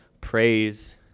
praise